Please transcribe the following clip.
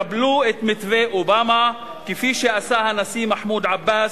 קבלו את מתווה אובמה, כפי שעשה הנשיא מחמוד עבאס,